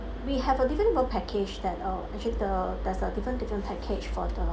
we have a different per package that uh which is the there's a different different package for the